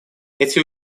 эти